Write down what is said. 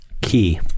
Key